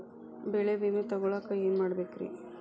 ಬೆಳೆ ವಿಮೆ ತಗೊಳಾಕ ಏನ್ ಮಾಡಬೇಕ್ರೇ?